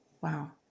Wow